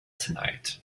tonight